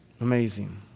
amazing